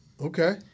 Okay